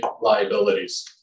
liabilities